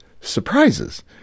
surprises